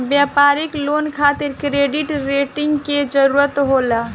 व्यापारिक लोन खातिर credit rating के जरूरत होला